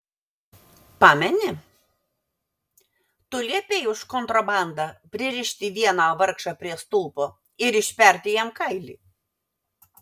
pameni tu liepei už kontrabandą pririšti vieną vargšą prie stulpo ir išperti jam kailį